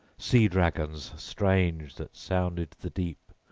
sea-dragons strange that sounded the deep,